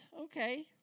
okay